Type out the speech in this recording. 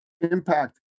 Impact